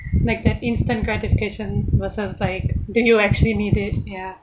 like that instant gratification was just like do you actually need it ya